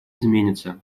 изменится